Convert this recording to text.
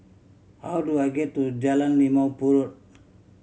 how do I get to Jalan Limau Purut